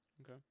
Okay